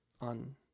on